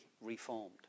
reformed